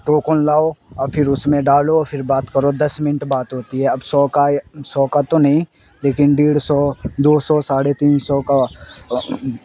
token لاؤ اور پھر اس میں ڈالو پھر بات کرو دس منٹ بات ہوتی ہے اب سو کا سو کا تو نہیں لیکن ڈیڑھ سو دو سو ساڑھے تین سو کا